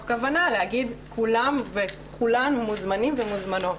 כוונה להגיד: כולם וכולם מוזמנים ומוזמנות.